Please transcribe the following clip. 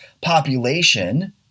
population